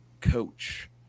coach